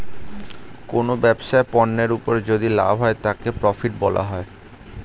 কোনো ব্যবসায় পণ্যের উপর যদি লাভ হয় তাকে প্রফিট বলা হয়